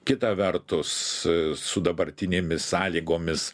kita vertus su dabartinėmis sąlygomis